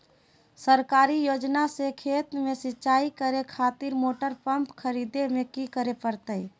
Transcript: सरकारी योजना से खेत में सिंचाई करे खातिर मोटर पंप खरीदे में की करे परतय?